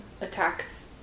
attacks